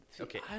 Okay